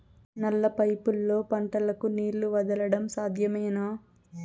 నల్ల పైపుల్లో పంటలకు నీళ్లు వదలడం సాధ్యమేనా?